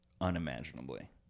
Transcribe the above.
unimaginably